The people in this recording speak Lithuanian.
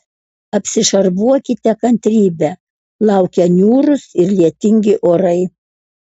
apsišarvuokite kantrybe laukia niūrūs ir lietingi orai